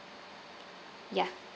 ya